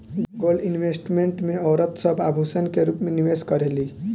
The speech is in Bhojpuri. गोल्ड इन्वेस्टमेंट में औरत सब आभूषण के रूप में निवेश करेली